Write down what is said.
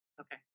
okay